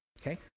Okay